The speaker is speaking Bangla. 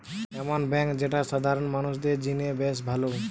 এমন বেঙ্ক যেটা সাধারণ মানুষদের জিনে বেশ ভালো